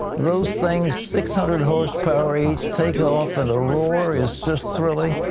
those things six hundred horse power each take off and the roar is just thrilling.